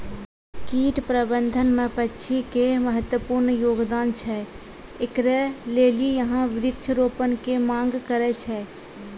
कीट प्रबंधन मे पक्षी के महत्वपूर्ण योगदान छैय, इकरे लेली यहाँ वृक्ष रोपण के मांग करेय छैय?